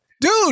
Dude